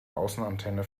außenantenne